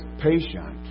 patient